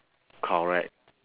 correct